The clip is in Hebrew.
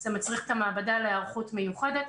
זה מצריך את המעבדה להיערכות מיוחדת.